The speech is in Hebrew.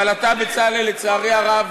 אבל אתה, בצלאל, לצערי הרב,